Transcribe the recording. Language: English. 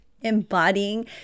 embodying